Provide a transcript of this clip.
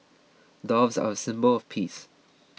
doves are a symbol of peace